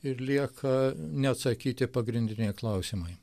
ir lieka neatsakyti pagrindiniai klausimai